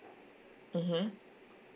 mmhmm